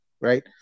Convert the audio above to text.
right